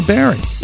Barry